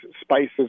spices